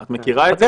את מכירה את זה?